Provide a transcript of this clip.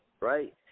right